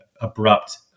abrupt